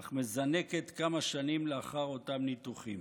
אך מזנקת כמה שנים לאחר אותם ניתוחים.